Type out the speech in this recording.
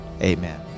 Amen